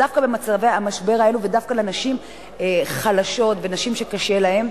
דווקא במצבי המשבר האלה ודווקא לנשים חלשות ונשים שקשה להן,